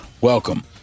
welcome